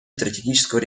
стратегического